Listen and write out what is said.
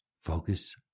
focus